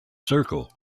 circle